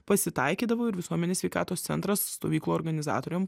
pasitaikydavo ir visuomenės sveikatos centras stovyklų organizatoriam